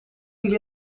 viel